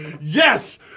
Yes